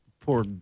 poor